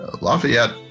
Lafayette